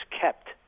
kept